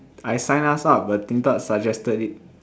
I signed us up but Din-Tat suggested it